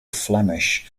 flemish